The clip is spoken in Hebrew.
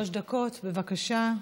שלוש דקות, בבקשה.